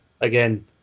again